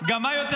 אני לא מסכימה.